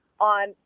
on